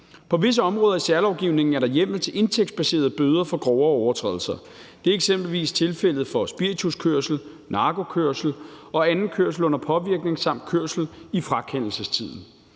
På visse områder i særlovgivningen er der hjemmel til indtægtsbaserede bøder for grovere overtrædelser. Det er eksempelvis tilfældet for spirituskørsel, narkokørsel og anden kørsel under påvirkning samt kørsel i frakendelsestiden.